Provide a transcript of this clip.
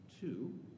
Two